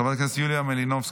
חברת הכנסת יוליה מלינובסקי,